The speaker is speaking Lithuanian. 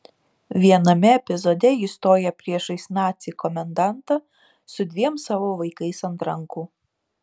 viename epizode ji stoja priešais nacį komendantą su dviem savo vaikais ant rankų